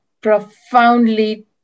profoundly